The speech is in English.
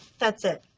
that's it?